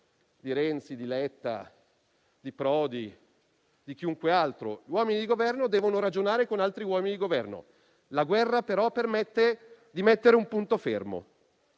di Renzi, di Letta, di Prodi e di chiunque altro. Uomini di Governo devono ragionare con altri uomini di Governo, ma la guerra permette di porre un punto fermo